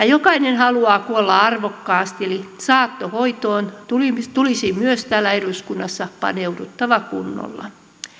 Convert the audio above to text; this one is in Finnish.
jokainen haluaa kuolla arvokkaasti eli saattohoitoon tulisi tulisi myös täällä eduskunnassa paneutua kunnolla